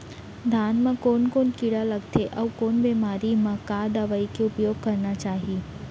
धान म कोन कोन कीड़ा लगथे अऊ कोन बेमारी म का दवई के उपयोग करना चाही?